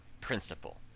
principle